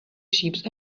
sheep